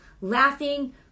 laughing